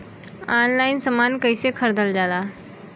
Online समान कैसे खरीदल जाला?